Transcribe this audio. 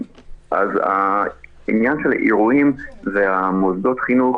עניין האירועים ומוסדות חינוך